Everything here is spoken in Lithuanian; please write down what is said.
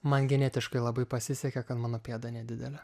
man genetiškai labai pasisekė kad mano pėda nedidelė